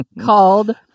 called